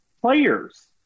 players